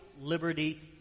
liberty